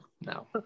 no